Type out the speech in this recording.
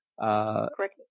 Correct